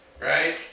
Right